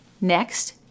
Next